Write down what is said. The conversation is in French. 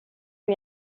lui